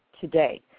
today